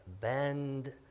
bend